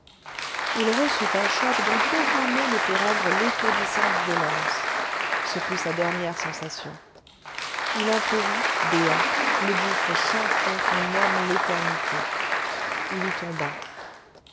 il reçut un choc dont aucun mot ne peut rendre l'étourdissante violence ce fut sa dernière sensation il entrevit béant le gouffre sans fond qu'on nomme l'éternité il y